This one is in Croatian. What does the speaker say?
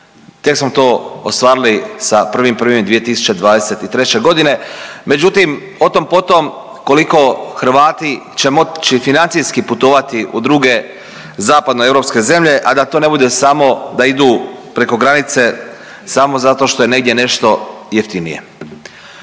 Tek smo to ostvarili sa 1.1.2023. godine. Međutim, o tom potom koliko Hrvati će moći financijski putovati u druge zapadnoeuropske zemlje, a to ne bude samo da idu preko granice samo zato što je negdje nešto jeftinije.